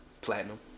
Platinum